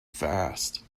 fast